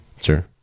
Sure